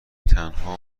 تنها